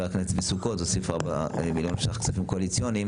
הכנסת צבי סוכות הוסיף 4 מיליון ש"ח כספים קואליציוניים,